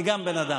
אני גם בן אדם.